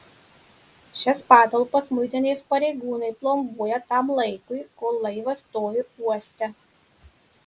šias patalpas muitinės pareigūnai plombuoja tam laikui kol laivas stovi uoste